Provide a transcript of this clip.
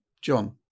John